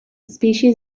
species